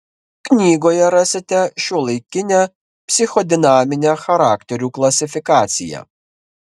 knygoje rasite šiuolaikinę psichodinaminę charakterių klasifikaciją